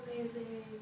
amazing